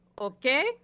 okay